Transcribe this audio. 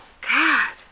God